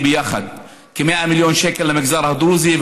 ביחד: כ-100 מיליון שקל למגזר הדרוזי,